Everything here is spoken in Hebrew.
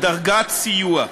בדרגת סיוע.